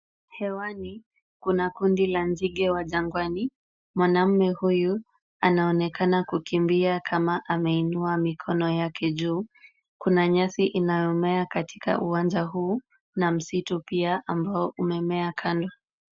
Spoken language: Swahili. Hewani kuna kundi la nzige za jangwani. Mwanamume huyu anaonekana kukimbia kama ameinua mikono yake juu, kuna nyasi inayomea katika uwanja huu na msitu pia ambao umemea kando.